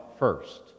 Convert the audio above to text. first